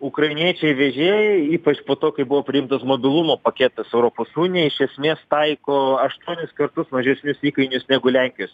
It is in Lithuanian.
ukrainiečiai vežėjai ypač po to kai buvo priimtas mobilumo paketas europos unijai taiko aštuonis kartus mažesnius įkainius negu lenkijos